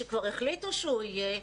שכבר החליטו שהוא יהיה,